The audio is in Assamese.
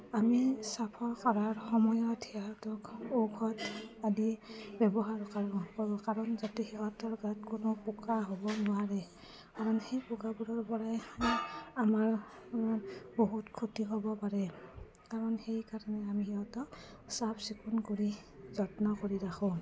আমি চাফা কৰাৰ সময়ত সিহঁতক ঔষধ আদি ব্যৱহাৰ কাৰোঁ কৰোঁ কাৰণ যাতে সিহঁতৰ গাত কোনো পোক হ'ব নোৱাৰে কাৰণ সেই পোকবোৰৰপৰাই আমাৰ বহুত ক্ষতি হ'ব পাৰে কাৰণ সেইকাৰণে আমি সিহঁতক চাফ চিকুণ কৰি যত্ন কৰি ৰাখোঁ